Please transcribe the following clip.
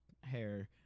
hair